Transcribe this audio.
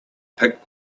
pick